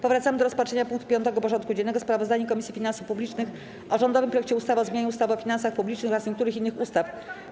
Powracamy do rozpatrzenia punktu 5. porządku dziennego: Sprawozdanie Komisji Finansów Publicznych o rządowym projekcie ustawy o zmianie ustawy o finansach publicznych oraz niektórych innych ustaw.